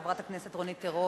חברת הכנסת רונית תירוש,